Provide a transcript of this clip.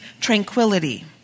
tranquility